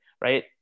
right